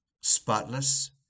spotless